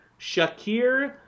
Shakir